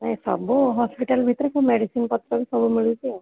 ନାଇଁ ସବୁ ହସ୍ପିଟାଲ୍ ଭିତରେ ସବୁ ମେଡ଼ିସିନ୍ ପତ୍ର ବି ସବୁ ମିଳୁଛି ଆଉ